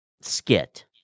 skit